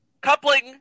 Coupling